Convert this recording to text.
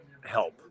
help